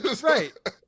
right